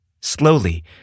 Slowly